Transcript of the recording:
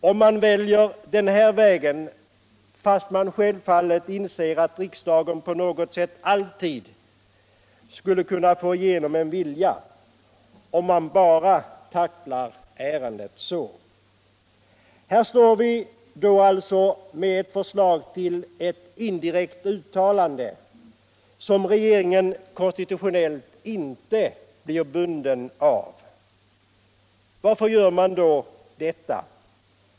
Och man väljer den här vägen fast man självfallet inser att riksdagen på något sätt alltid skulle kunna få igenom en vilja, om man bara tacklar ärendet så. Här står vi då med ett förslag till ett indirekt uttalande som regeringen konstitutionellt inte blir bunden av. Varför gör man då detta?